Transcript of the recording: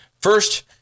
First